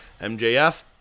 MJF